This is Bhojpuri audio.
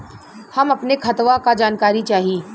हम अपने खतवा क जानकारी चाही?